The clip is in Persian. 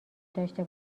داشته